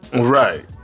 Right